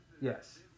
Yes